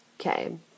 okay